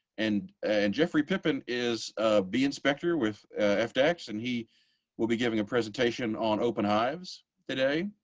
and and jeffrey pippin is bee inspector with fdacs and he will be giving a presentation on open hives today.